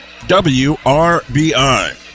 WRBI